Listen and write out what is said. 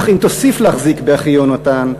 אך אם תוסיף להחזיק באחי יהונתן,